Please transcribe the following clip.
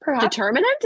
Determinant